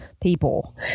people